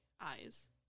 eyes